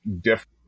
different